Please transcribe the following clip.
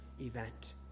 event